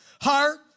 heart